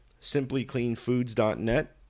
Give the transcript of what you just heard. simplycleanfoods.net